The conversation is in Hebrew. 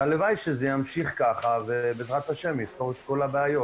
הלוואי שזה ימשיך ככה ויפתור את כל הבעיות,